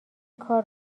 کار